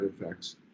effects